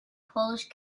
polish